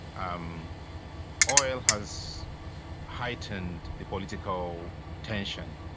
um oil has heightened the political tension.